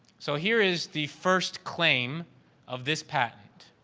so, here is the first claim of this patent.